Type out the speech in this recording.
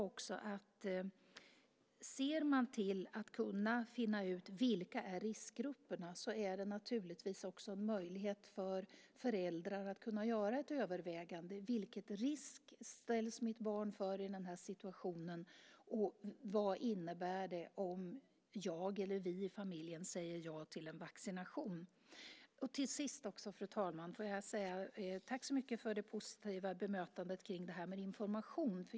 Om man kan finna ut vilka riskgrupperna är blir det möjligt för föräldrar att göra ett övervägande: Vilken risk ställs mitt barn inför i den här situationen, och vad innebär det om jag eller vi i familjen säger ja till en vaccination? Fru talman! Jag vill tacka för det positiva bemötandet av frågan om information.